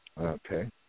Okay